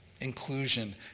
inclusion